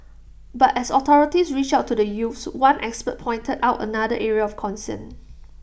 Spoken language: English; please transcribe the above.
but as authorities reach out to the youths one expert pointed out another area of concern